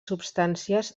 substàncies